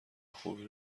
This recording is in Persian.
خوبی